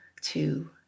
two